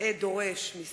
אבל אנחנו